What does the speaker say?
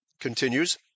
continues